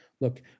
look